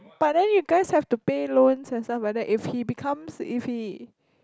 but then you guys have to pay loans and stuff like that if he becomes if he